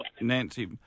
Nancy